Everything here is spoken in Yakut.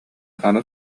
аны